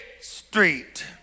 street